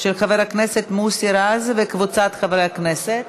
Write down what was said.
של חבר הכנסת מוסי רז וקבוצת חברי הכנסת.